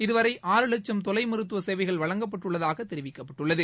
இதுவரை ஆறு லட்சம் தொலை மருத்துவ சேவைகள் வழங்கப்பட்டுள்ளதாக தெரிவிக்கப்பட்டுள்ளது